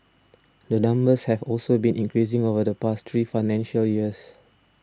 the numbers have also been increasing over the past three financial years